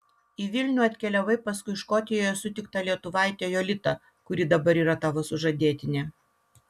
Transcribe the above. į vilnių atkeliavai paskui škotijoje sutiktą lietuvaitę jolitą kuri dabar yra tavo sužadėtinė